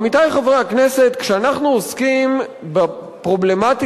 עמיתי חברי הכנסת, כשאנחנו עוסקים בפרובלמטיקה